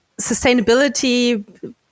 sustainability